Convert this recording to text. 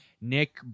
Nick